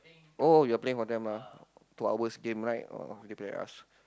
oh you're playing what time ah two hours game right oh can play with us